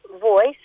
voice